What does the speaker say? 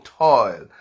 toil